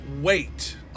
wait